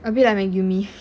a bit like magumee